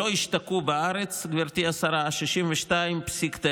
לא השתקעו בארץ, גברתי השרה, 62.9%;